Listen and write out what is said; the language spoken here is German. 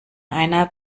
einer